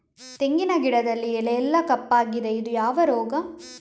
ತೆಂಗಿನ ಗಿಡದಲ್ಲಿ ಎಲೆ ಎಲ್ಲಾ ಕಪ್ಪಾಗಿದೆ ಇದು ಯಾವ ರೋಗ?